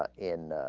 ah in